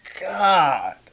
god